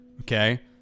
Okay